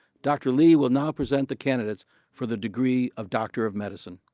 dr. lee will now present the candidates for the degree of doctor of medicine.